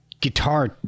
guitar